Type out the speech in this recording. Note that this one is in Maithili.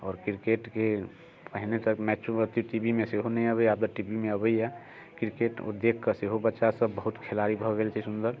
आओर क्रिकेटके पहिने तऽ मैचो एते टी वी मे सेहो नहि अबै आब तऽ टी वी मे अबैया क्रिकेट ओ देखिके सेहो बच्चा सब बहुत खिलाड़ी भऽ गेल छै सुन्दर